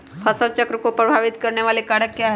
फसल चक्र को प्रभावित करने वाले कारक क्या है?